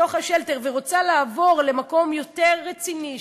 בתוך השלטר ורוצה לעבור למקום יותר רציני,